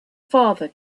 father